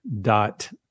dot